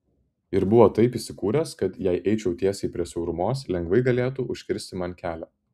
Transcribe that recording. ir buvo taip įsikūręs kad jei eičiau tiesiai prie siaurumos lengvai galėtų užkirsti man kelią